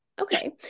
Okay